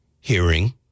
hearing